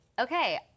okay